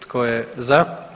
Tko je za?